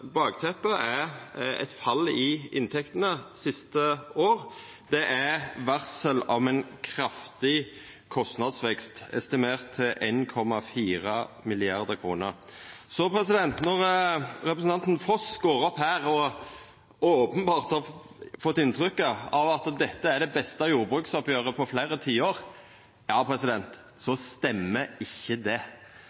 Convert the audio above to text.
Bakteppet for årets jordbruksavtale er eit fall i inntektene siste år. Det er varsel om ein kraftig kostnadsvekst, estimert til 1,4 mrd. kr. Så til representanten Foss som går opp her og openbert har fått inntrykk av at dette er det beste jordbruksoppgjeret på fleire tiår: